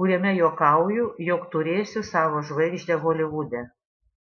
kuriame juokauju jog turėsiu savo žvaigždę holivude